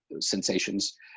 sensations